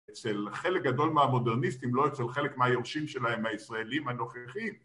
אצל חלק גדול מהמודרניסטים, לא אצל חלק מהיורשים שלהם, הישראלים הנוכחים.